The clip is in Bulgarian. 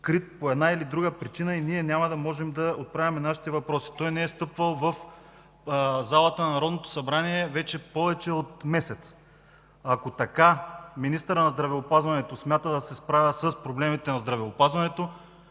по една или друга причина и ние няма да можем да отправяме нашите въпроси?! Той не е стъпвал в залата на Народното събрание вече повече от месец. Ако така министърът на здравеопазването смята да се справя с проблемите на здравеопазването,